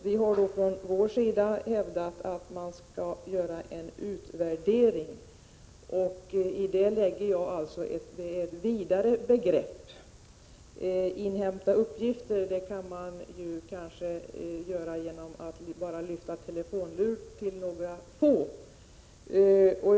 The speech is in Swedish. Vi har från vår sida hävdat att man skall göra en utvärdering — det är enligt min mening ett vidare begrepp; inhämta uppgifter kan man göra genom att bara lyfta på telefonluren och ringa några få personer.